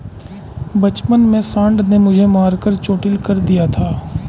बचपन में सांड ने मुझे मारकर चोटील कर दिया था